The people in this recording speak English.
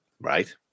right